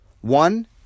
One